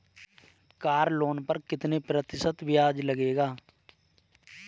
Car loan पर कितने प्रतिशत ब्याज लगेगा?